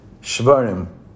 Shvarim